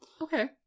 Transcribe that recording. Okay